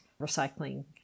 recycling